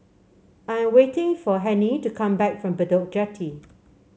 I am waiting for Hennie to come back from Bedok Jetty